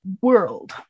world